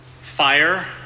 Fire